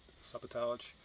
sabotage